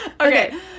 Okay